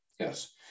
Yes